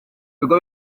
bigo